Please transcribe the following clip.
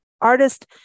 artist